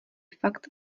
fakt